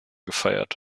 gefeiert